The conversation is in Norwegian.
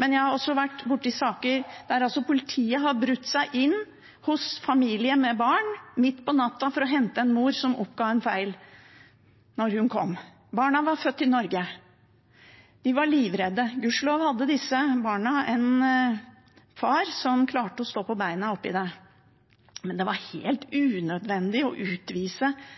men jeg har også vært borti saker der politiet har brutt seg inn hos familier med barn midt på natta for å hente en mor som oppga en feil da hun kom. Barna var født i Norge. De var livredde. Gudskjelov hadde disse barna en far som klarte å stå på beina oppi det, men det var helt unødvendig å utvise